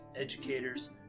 educators